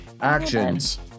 Actions